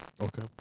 Okay